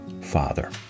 Father